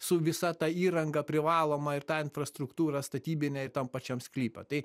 su visa ta įranga privaloma ir ta infrastruktūra statybine ir tam pačiam sklype tai